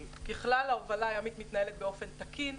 ככלל, ההובלה הימית מתנהלת באופן תקין.